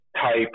type